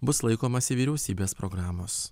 bus laikomasi vyriausybės programos